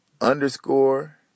underscore